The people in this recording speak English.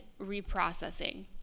reprocessing